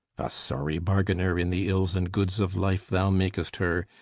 a sorry bargainer in the ills and goods of life thou makest her,